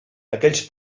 aquells